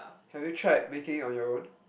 have you tried making on your own